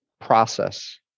process